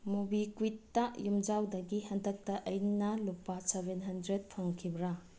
movie ꯀ꯭ꯋꯤꯠꯇ ꯌꯨꯝꯖꯥꯎꯗꯒꯤ ꯍꯟꯗꯛꯇ ꯑꯩꯅ ꯂꯨꯄꯥ ꯁꯕꯦꯟ ꯍꯟꯗ꯭ꯔꯦꯠ ꯐꯪꯈꯤꯕ꯭ꯔꯥ